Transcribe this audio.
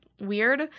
weird